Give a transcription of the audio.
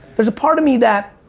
there's a part of me that,